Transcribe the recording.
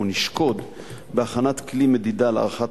או נשקוד על הכנסת כלי מדידה להערכת